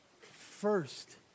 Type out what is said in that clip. first